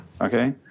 Okay